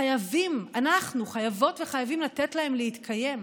חייבים, אנחנו חייבות וחייבים לתת להם להתקיים.